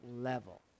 level